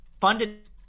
funded